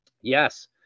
Yes